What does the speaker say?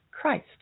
Christ